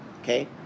Okay